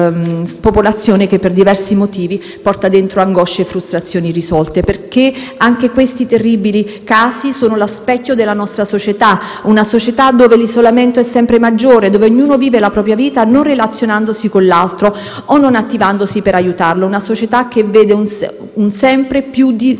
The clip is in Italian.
Anche questi terribili casi sono lo specchio della nostra società, una società dove l'isolamento è sempre maggiore, dove ognuno vive la propria vita non relazionandosi con l'altro o non attivandosi per aiutarlo, una società che vede un sempre più diffuso disagio psicologico dei soggetti deboli, quelli che nel mondo dei forti sono sempre